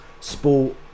sport